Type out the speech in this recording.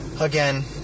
again